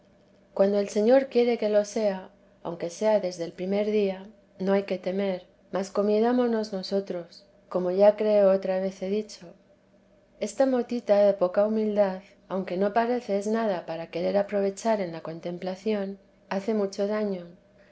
cuando el señor quiere que lo sea aunque sea desde el primer dia no hay que temer mas comidámonos nosotros como ya creo otra vez he dicho esta motita de poca humildad aunque no parece es nada para querer aprovechar en la contemplación hace mucho daño